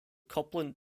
copland